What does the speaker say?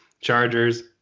chargers